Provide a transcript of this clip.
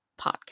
podcast